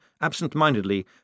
absent-mindedly